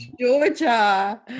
Georgia